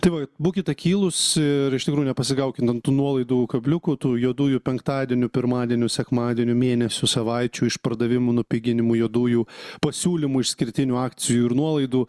tai va būkit akylūs ir iš tikrųjų nepasigaukit ant tų nuolaidų kabliukų tų juodųjų penktadienių pirmadienių sekmadienių mėnesių savaičių išpardavimų nupiginimų juodųjų pasiūlymų išskirtinių akcijų ir nuolaidų